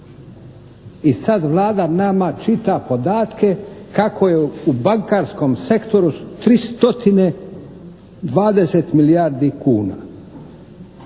I sad Vlada nama čita podatke kako je u bankarskom sektoru 3 stotine i 20 milijardi kuna.